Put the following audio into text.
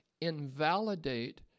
invalidate